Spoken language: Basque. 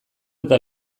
eta